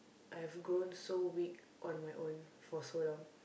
I've grown so weak on my own for so long